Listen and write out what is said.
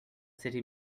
city